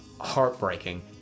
heartbreaking